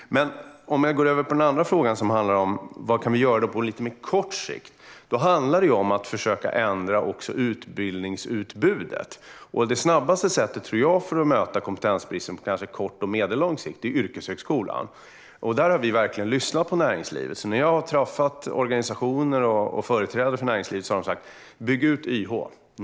Låt mig gå över till den andra frågan, som handlar om vad vi kan göra på lite mer kort sikt. Då handlar det om att försöka ändra också utbildningsutbudet. Jag tror att det snabbaste sättet att möta kompetensbristen på kort och medellång sikt är yrkeshögskolan. Där har vi verkligen lyssnat på näringslivet. När jag har träffat organisationer och företrädare för näringslivet har de sagt: Bygg ut YH!